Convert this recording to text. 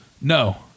No